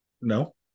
No